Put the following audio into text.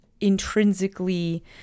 intrinsically